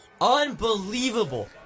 Unbelievable